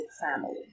family